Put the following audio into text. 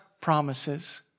promises